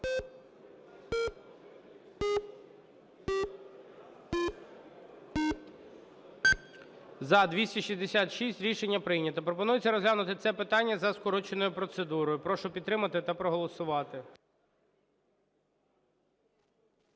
За-266 Рішення прийнято. Пропонується розглянути це питання за скороченою процедурою. Прошу підтримати та проголосувати.